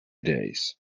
days